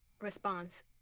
response